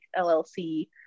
LLC